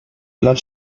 blood